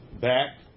back